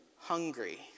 hungry